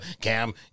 Cam